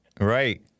Right